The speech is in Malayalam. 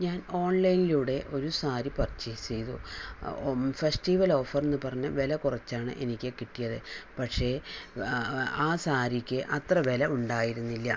ഞാൻ ഓൺലൈനിലൂടെ ഒരു സാരി പർച്ചേസ് ചെയ്തു ഫെസ്റ്റിവൽ ഓഫർ എന്ന് പറഞ്ഞ് വില കുറച്ചാണ് എനിക്ക് കിട്ടിയത് പക്ഷേ ആ സാരിക്ക് അത്ര വില ഉണ്ടായിരുന്നില്ല